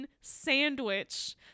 sandwich